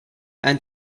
and